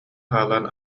хаалан